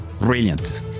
Brilliant